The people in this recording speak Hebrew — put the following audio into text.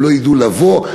הם לא ידעו לבוא,